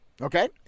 Okay